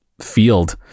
field